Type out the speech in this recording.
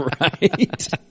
Right